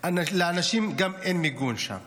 לאנשים גם אין מיגון שם.